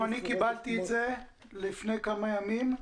אני קיבלתי את זה לפני כמה ימים.